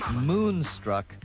Moonstruck